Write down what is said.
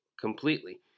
completely